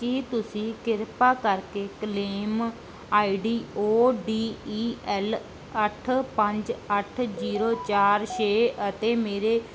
ਕੀ ਤੁਸੀਂ ਕਿਰਪਾ ਕਰਕੇ claim I D O D E L ਅੱਠ ਪੰਜ ਅੱਠ ਜ਼ੀਰੋ ਚਾਰ ਛੇ ਅਤੇ ਮੇਰੇ